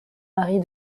marie